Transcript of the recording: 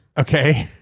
Okay